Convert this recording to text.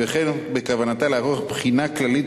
וכן כי בכוונתה לערוך בחינה כללית